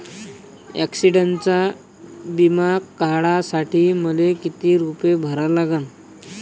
ॲक्सिडंटचा बिमा काढा साठी मले किती रूपे भरा लागन?